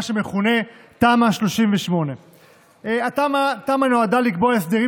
מה שמכונה תמ"א 38. התמ"א נועדה לקבוע הסדרים